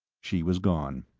she was gone.